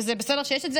וזה בסדר שיש את זה,